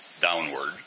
downward